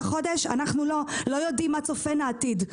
אנחנו לא, לא יודעים מה צופן העתיד.